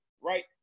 right